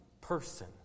person